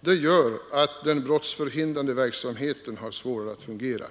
Det gör att den brottsförhindrande verksamheten har svårare att fungera.